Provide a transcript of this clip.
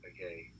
Okay